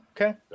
okay